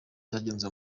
cyagenze